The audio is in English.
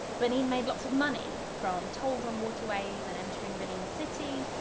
benin made lots of money from tolls on waterways and entering benin city,